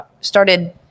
started